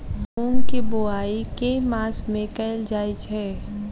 मूँग केँ बोवाई केँ मास मे कैल जाएँ छैय?